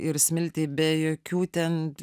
ir smiltei be jokių ten